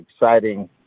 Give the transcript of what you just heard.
exciting